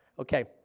Okay